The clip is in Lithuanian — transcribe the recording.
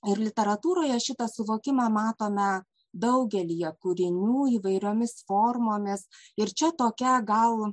ir literatūroje šitą suvokimą matome daugelyje kūrinių įvairiomis formomis ir čia tokia gal